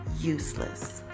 useless